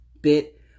bit